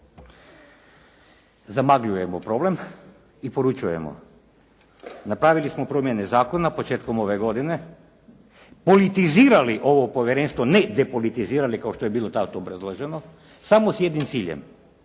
Zamagljujemo problem i poručujemo: Napravili smo promjene zakona početkom ove godine, politizirali ovo povjerenstvo, ne depolitizirali kao što je bilo tad obrazloženo, samo s jednim ciljem,